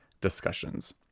discussions